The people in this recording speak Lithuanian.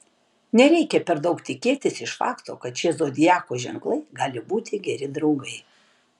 nereikia per daug tikėtis iš fakto kad šie zodiako ženklai gali būti geri draugai